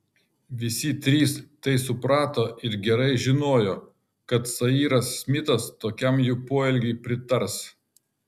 visi trys tai suprato ir gerai žinojo kad sairas smitas tokiam jų poelgiui pritars